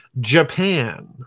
Japan